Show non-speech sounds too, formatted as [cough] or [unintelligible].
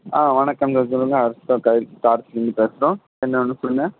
ஆ வணக்கம்ங்க சொல்லுங்கள் ஹர்ஷா [unintelligible] பேசுகிறோம் என்ன வேணும் சொல்லுங்க